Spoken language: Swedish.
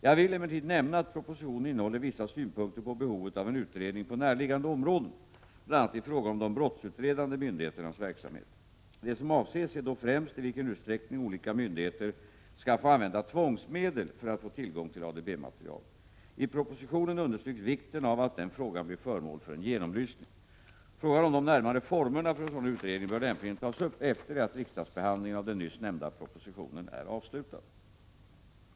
Jag vill emellertid nämna att propositionen innehåller vissa synpunkter på behovet av en utredning på närliggande områden, bl.a. i fråga om de brottsutredande myndigheternas verksamhet. Det som avses är då främst i vilken utsträckning olika myndigheter skall få använda tvångsmedel för att få tillgång till ADB-material. I propositionen understryks vikten av att den frågan blir föremål för en genomlysning. Frågan om de närmare formerna för en sådan utredning bör lämpligen tas upp efter det att riksdagsbehandlingen av den nyss nämnda propositionen är avslutad.